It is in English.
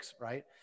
Right